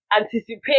anticipate